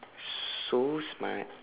so smart